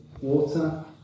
water